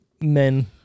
Men